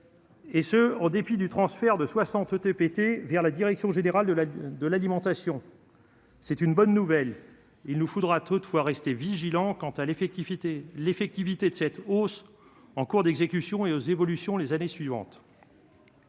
Et ce en dépit du transfert de 60 ETPT vers la direction générale de la, de l'alimentation, c'est une bonne nouvelle, il nous faudra toutefois rester vigilant quant à l'effectivité l'effectivité de cette hausse, en cours d'exécution et aux évolutions les années suivantes.